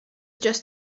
just